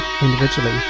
individually